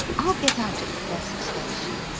i'll get out at the first station.